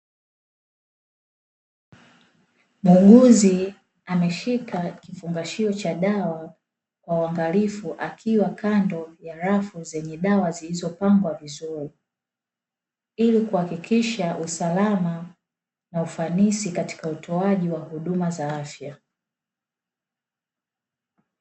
Muuguzi ameshika kifungashio cha dawa kwa uangalifu akiwa kando ya rafu zenye dawa zilizopangwa vizuri, ili kuhakikisha usalama na ufanisi katika utoaji wa huduma za afya.